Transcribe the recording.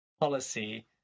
policy